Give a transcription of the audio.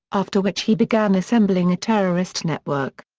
after which he began assembling a terrorist network.